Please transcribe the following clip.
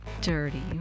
dirty